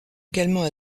également